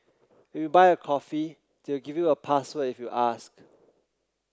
if you buy a coffee they'll give you a password if you ask